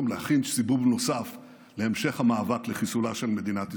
להכין סיבוב נוסף להמשך המאבק לחיסולה של מדינת ישראל.